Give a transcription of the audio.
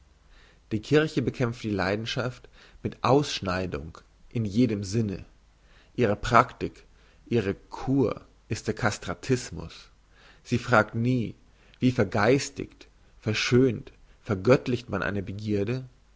die kirche bekämpft die leidenschaft mit ausschneidung in jedem sinne ihre praktik ihre kur ist der castratismus sie fragt nie wie vergeistigt verschönt vergöttlicht man eine begierde